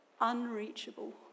Unreachable